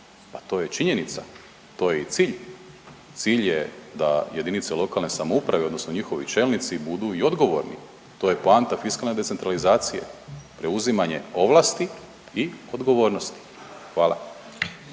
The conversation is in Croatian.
a to je činjenica, to je i cilj. Cilj je da jedinice lokalne samouprave odnosno njihovi čelnici budu i odgovorni. To je poanta fiskalne decentralizacije preuzimanje ovlasti i odgovornosti. Hvala.